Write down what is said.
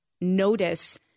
notice